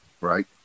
right